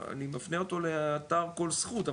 אני מפנה אותו לאתר כל זכות,